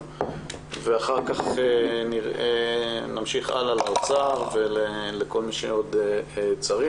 אחר-כך נמשיך לאוצר ולמי שצריך.